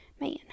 Man